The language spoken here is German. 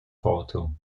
porto